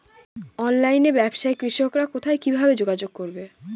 অনলাইনে ব্যবসায় কৃষকরা কোথায় কিভাবে যোগাযোগ করবে?